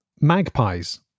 magpies